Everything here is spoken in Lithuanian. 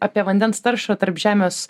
apie vandens taršą tarp žemės